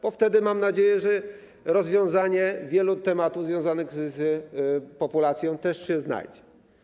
Bo wtedy, mam nadzieję, rozwiązanie wielu tematów związanych z populacją też się znajdzie.